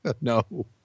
No